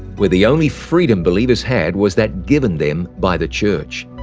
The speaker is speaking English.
where the only freedom believers had was that given them by the church.